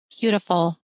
Beautiful